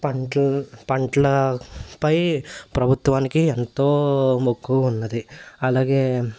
పంటలు పంటలపై ప్రభుత్వానికి ఎంతో మొక్కు ఉన్నది అలాగే